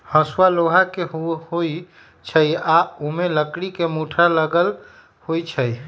हसुआ लोहा के होई छई आ ओमे लकड़ी के मुठरा लगल होई छई